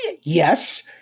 yes